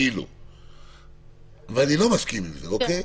אני לא מסכים עם זה, אוקיי.